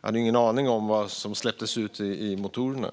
Jag hade ingen aning om vad som släpptes ut från motorerna.